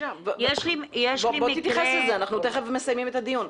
בוא תתייחס לזה, אנחנו תיכף מסיימים את הדיון.